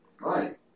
Right